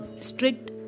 strict